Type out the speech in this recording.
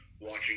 watching